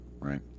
right